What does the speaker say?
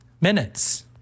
minutes